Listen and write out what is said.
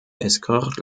escorte